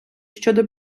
щодо